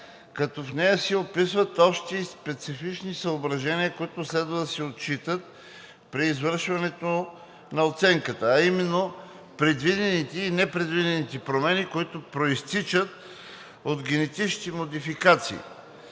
като в нея се описват общите и специфичните съображения, които следва да се отчитат при извършването на оценката, а именно: предвидените и непредвидените промени, произтичащи от генетичните модификации;